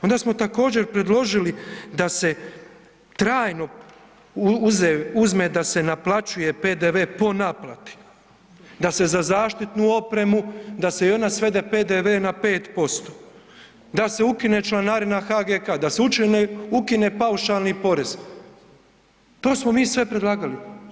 Onda smo također predložili da se trajno uzme da se naplaćuje PDV po naplati, da se za zaštitnu opremu, da se i ona svede PDV na 5%, da se ukine članarina HGK, da se ukine paušalni porez, to smo mi sve predlagali.